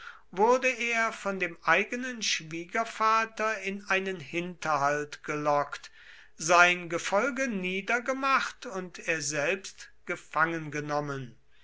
wurde er von dem eigenen schwiegervater in einen hinterhalt gelockt sein gefolge niedergemacht und er selbst